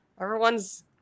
Everyone's